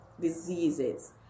diseases